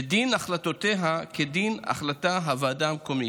ודין החלטותיה כדין החלטת הוועדה המקומית.